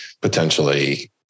potentially